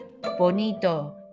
Bonito